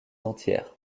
entières